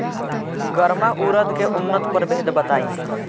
गर्मा उरद के उन्नत प्रभेद बताई?